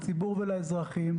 הכנסת,